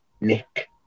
Nick